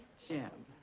jim